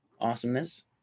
Awesomeness